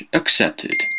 accepted